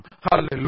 Hallelujah